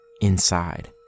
inside